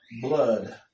blood